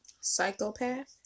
Psychopath